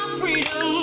freedom